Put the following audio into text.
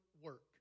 work